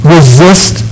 Resist